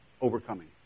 overcoming